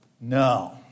No